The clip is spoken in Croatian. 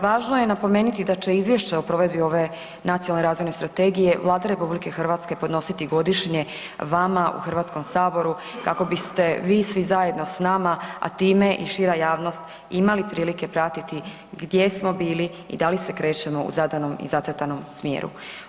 Važno je napomenuti da će izvješće o provedbi ove nacionalne razvojne strategije Vlada RH podnositi godišnje vama u Hrvatskom saboru kako biste vi svi zajedno s nama, a time i šira javnost imali prilike pratiti gdje smo bili i da li se krećemo u zadanom i zacrtanom smjeru.